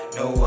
no